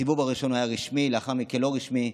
בסיבוב הראשון היה רשמי, לאחר מכן לא רשמי,